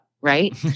right